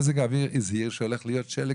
הסדר שערך משרד הביטחון",